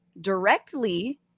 directly